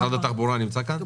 משרד התחבורה נמצא כאן?